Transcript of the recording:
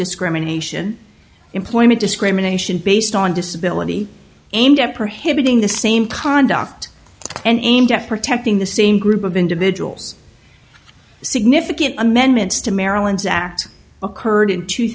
discrimination employment discrimination based on disability aimed at perhaps being the same conduct and aimed at protecting the same group of individuals significant amendments to maryland's act occurred in two